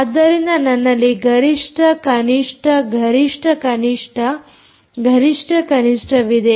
ಆದ್ದರಿಂದ ನನ್ನಲ್ಲಿ ಗರಿಷ್ಠ ಕನಿಷ್ಠ ಗರಿಷ್ಠ ಕನಿಷ್ಠ ಗರಿಷ್ಠ ಕನಿಷ್ಠವಿದೆ